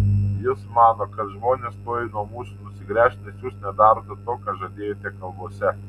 jis mano kad žmonės tuoj nuo mūsų nusigręš nes jūs nedarote to ką žadėjote kalbose